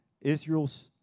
Israel's